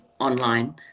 online